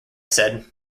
said